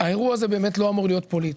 האירוע הזה באמת לא אמור להיות פוליטי.